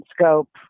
scope